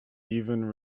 even